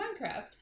Minecraft